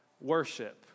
worship